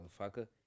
Motherfucker